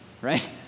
right